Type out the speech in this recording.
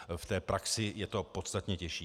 V praxi je to podstatně těžší.